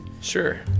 Sure